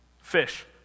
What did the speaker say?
fish